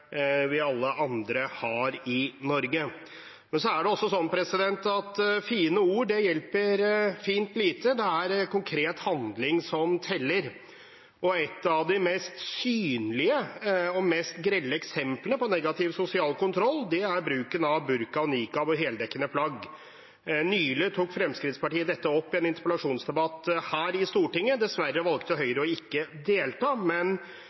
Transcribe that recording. alle andre har i Norge. Så er det også sånn at fine ord hjelper fint lite; det er konkret handling som teller. Et av de mest synlige og grelle eksemplene på negativ sosial kontroll er bruken av burka, nikab og heldekkende plagg. Nylig tok Fremskrittspartiet dette opp i en interpellasjonsdebatt her i Stortinget. Dessverre valgte Høyre ikke å delta.